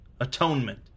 atonement